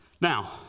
Now